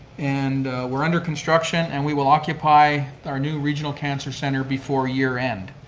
and we're under construction, and we will occupy our new regional cancer centre before year end.